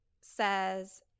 says